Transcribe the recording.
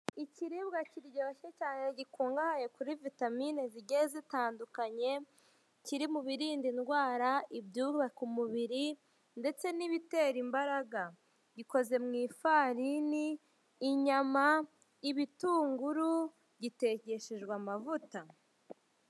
Ikiribwa cyiryoshye cyane gikungahaye kuri vitamine zigiye zitandukanye kiri mubirinda indwara ibyubaka umubiri ndetse n'ibitera imbaraga gikoze mw'ifarini inyama ibitunguru gitekeshejwe amavuta.